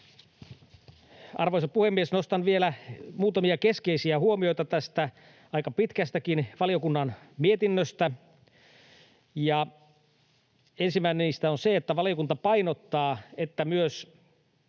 Arvoisa puhemies! Nostan vielä muutamia keskeisiä huomioita tästä aika pitkästäkin valiokunnan mietinnöstä. Ensimmäinen niistä on se, että valiokunta painottaa, että myös